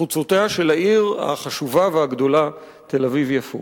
בחוצותיה של העיר החשובה והגדולה, תל-אביב יפו.